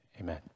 amen